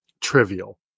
trivial